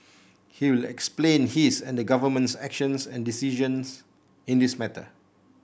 he will explain his and the Government's actions and decisions in this matter